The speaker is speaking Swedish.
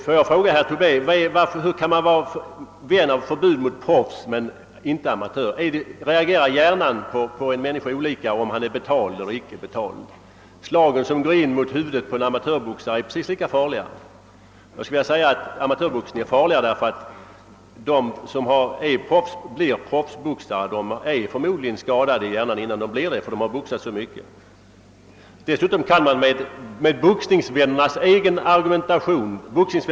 Får jag fråga herr Tobé, hur man kan vilja förbjuda proffsboxning men inte amatörboxning. Reagerar hjärnan hos en människa olika om han får betalt eller inte? De slag som går in mot huvudet på en amatörboxare är precis lika farliga. Jag skulle rent av kunna säga att amatörboxningen är farligare, därför att de som blir proffsboxare förmodligen har fått hjärnan skadad redan dessförinnan eftersom de har boxats så mycket och så länge. Dessutom kan man åberopa boxningsvännernas egen argumentation.